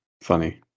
funny